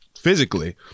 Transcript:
physically